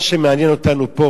מה שמעניין אותנו פה,